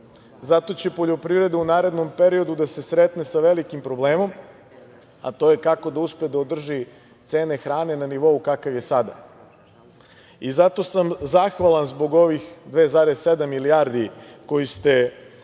Zato će poljoprivreda u narednom periodu da se sretne sa velikim problemom, a to je kako da uspe da održi cene hrane na nivou kakav je sada. Zato sam zahvalan zbog ovih 2,7 milijardi koju ste